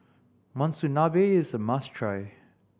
monsunabe is a must try